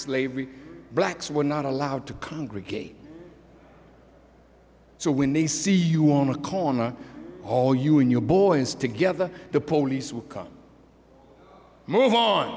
slavery blacks were not allowed to congregate so when they see you on a corner all you and your boys together the police